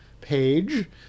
page